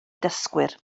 dysgwyr